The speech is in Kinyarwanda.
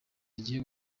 agiye